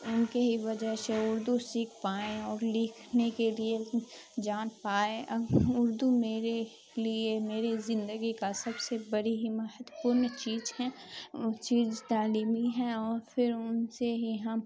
ان کے ہی وجہ سے اردو سیکھ پائیں اور لکھنے کے لیے جان پائے اردو میرے لیے میری زندگی کا سب سے بڑی ہی مہتوپورن چیز ہیں وہ چیز تعلیمی ہیں اور پر ان سے ہی ہم